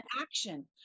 action